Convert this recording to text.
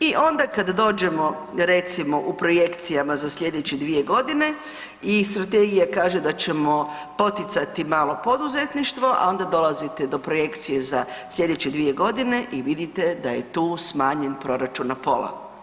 I onda kad dođemo recimo u projekcijama za slijedeće 2.g. i strategija kaže da ćemo poticati malo poduzetništvo, a onda dolazite do projekcije za slijedeće 2.g. i vidite da je tu smanjen proračun na pola.